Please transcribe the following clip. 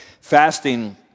fasting